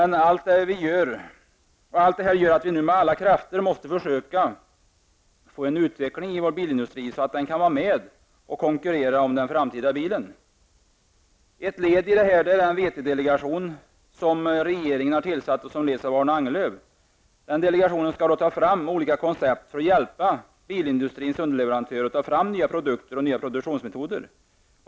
Allt detta gör att vi nu med alla krafter måste försöka få en utveckling av vår bilindustri till stånd så att den kan vara med och konkurrera om den framtida bilen. Ett led i detta är den delegation som regeringen har tillsatt och som leds av Arne Angerlöv. Delegationen skall ta fram olika koncept som skall hjälpa bilindustrins underleverantörer att ta fram nya produkter och produktionsmetoder.